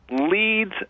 leads